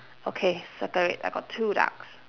okay circle it I got two ducks